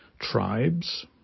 tribes